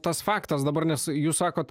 tas faktas dabar nes jūs sakot